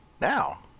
now